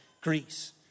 Greece